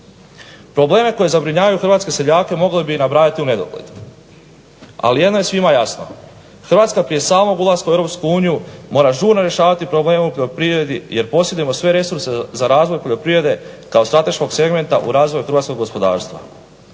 Probleme koji zabrinjavaju hrvatske seljake mogli bi nabrajati u nedogled, ali jedno je svima jasno Hrvatska prije samog ulaska u EU mora žurno rješavati probleme u poljoprivredi jer posjedujemo sve resurse za razvoj poljoprivrede kao strateškog segmenta u razvoju hrvatskog gospodarstva.